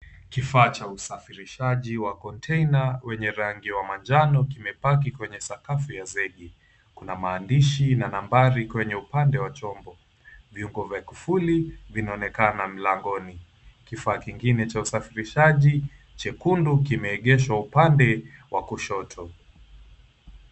Kifaa cha usafirishaji wa konteina wenye rangi ya manjano kimepaki kwenye sakafu ya zegi, kuna maandishi na nambari kwenye upande wa chombo, viungo vya kufuli vinaonekana mlangoni kifaa kingine cha usafirishaji chekundu kimeegeshwa upande wa kushoto.